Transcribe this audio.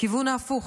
בכיוון ההפוך.